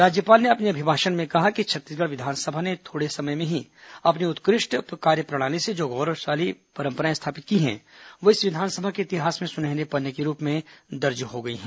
राज्यपाल ने अपने अभिभाषण में कहा कि छत्तीसगढ़ विधानसभा ने थोड़े समय में ही अपनी उत्कृष्ट कार्यप्रणाली से जो गौरवशाली परम्पराएं स्थापित की हैं वह इस विधानसभा के इतिहास में सुनहरे पन्ने के रूप में दर्ज हो गई हैं